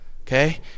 Okay